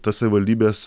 tas savivaldybes